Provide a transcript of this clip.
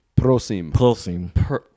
prosim